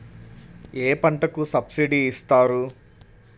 ఏ పంటకు సబ్సిడీ ఇస్తారు?